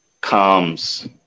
comes